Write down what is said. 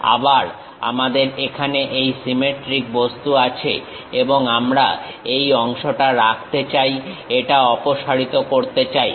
আবার আমাদের এখানে এই সিমেট্রিক বস্তু আছে এবং আমরা এই অংশটা রাখতে চাই এটা অপসারিত করতে চাই